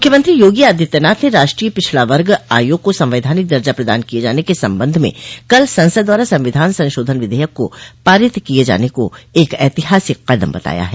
मुख्यमंत्री योगी आदित्यनाथ ने राष्ट्रीय पिछड़ा वर्ग आयोग को संवैधानिक दर्जा प्रदान किए जाने के सम्बन्ध में कल संसद द्वारा संविधान संशोधन विधेयक को पारित किए जाने को एक ऐतिहासिक कदम बताया है